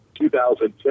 2010